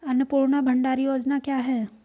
अन्नपूर्णा भंडार योजना क्या है?